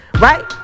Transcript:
Right